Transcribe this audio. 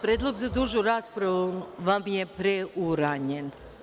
Predlog za dužu raspravu vam je preuranjen.